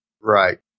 Right